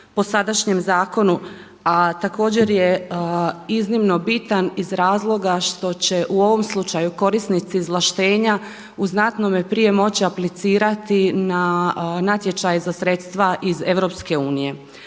po sadašnjem zakonu. A također je iznimno bitan iz razloga što će u ovom slučaju korisnici izvlaštenja u znatnome prije moći aplicirati na natječaje za sredstva iz EU.